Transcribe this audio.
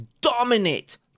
dominate